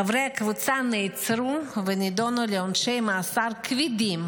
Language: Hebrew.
חברי הקבוצה נעצרו ונידונו לעונשי מאסר כבדים,